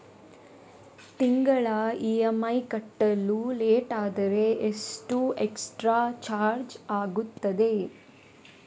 ತಿಂಗಳ ಇ.ಎಂ.ಐ ಕಟ್ಟಲು ಲೇಟಾದರೆ ಎಷ್ಟು ಎಕ್ಸ್ಟ್ರಾ ಚಾರ್ಜ್ ಆಗುತ್ತದೆ?